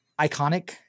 iconic